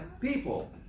people